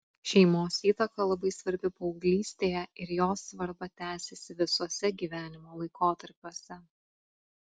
šeimos įtaka labai svarbi paauglystėje ir jos svarba tęsiasi visuose gyvenimo laikotarpiuose